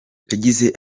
yagize